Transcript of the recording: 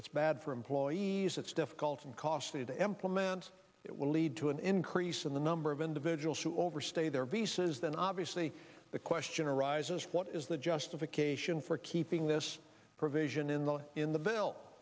it's bad for employees it's difficult and costly to employment it will lead to an increase in the number of individuals who overstay their visas then obviously the question arises what is the justification for keeping this provision in the in the bill